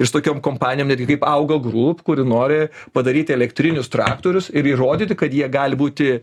ir su tokiom kompanijom irgi kaip auga group kuri nori padaryti elektrinius traktorius ir įrodyti kad jie gali būti